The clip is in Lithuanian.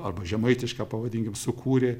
arba žemaitišką pavadinkim sukūrė